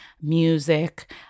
music